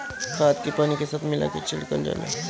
खाद के पानी के साथ मिला के छिड़कल जाला